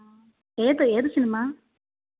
ഏത് ഏതു സിനിമ